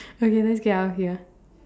okay let's get out of here